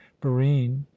barine